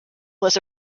was